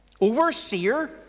overseer